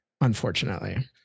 unfortunately